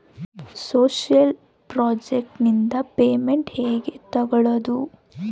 Social project ನಿಂದ payment ಹೆಂಗೆ ತಕ್ಕೊಳ್ಳದು?